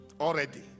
already